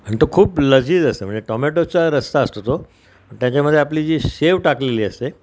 आणि तो खूप लजीज असतं म्हणजे टोमॅटोचा रस्सा असतो तो त्याच्यामधे आपली जी शेव टाकलेली असते